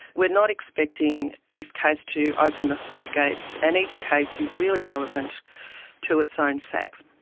we're not expecting this case to open the floodgates, and each case is really relevant to its own facts.